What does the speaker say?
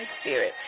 spirit